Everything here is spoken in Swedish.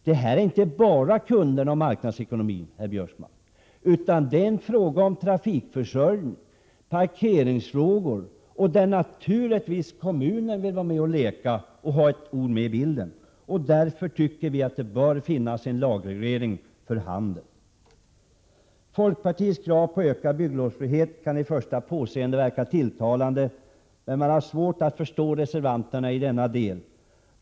Det handlar inte bara om kunderna och om marknadsekonomin, herr Biörsmark, utan det gäller också trafikförsörjning och parkeringsfrågor. Det är frågor där kommunen naturligtvis vill vara med och leka och ha ett ord med i laget. Vi tycker att det bör finnas en lagreglering för handeln. Folkpartiets krav på ökad frihet från bygglov kan verka tilltalande vid ett första påseende. Jag har emellertid svårt att förstå reservanterna i denna del.